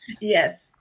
Yes